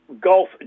golf